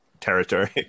territory